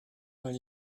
mal